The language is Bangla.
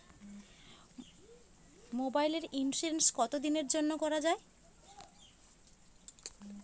মোবাইলের ইন্সুরেন্স কতো দিনের জন্যে করা য়ায়?